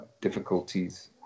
difficulties